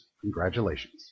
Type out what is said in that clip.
congratulations